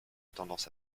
tendance